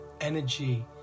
energy